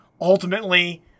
ultimately